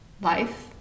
life